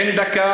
ענדכ,